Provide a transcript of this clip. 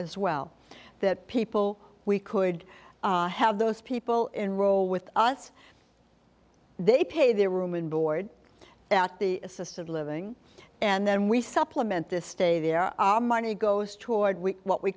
as well that people we could have those people in role with us they pay their room and board out the assisted living and then we supplement this stay there our money goes toward we what we